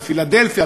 בפילדלפיה,